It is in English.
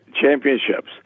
championships